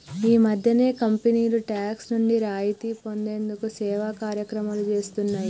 ఈ మధ్యనే కంపెనీలు టాక్స్ నుండి రాయితీ పొందేందుకు సేవా కార్యక్రమాలు చేస్తున్నాయి